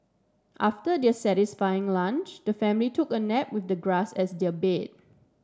after their satisfying lunch the family took a nap with the grass as their bed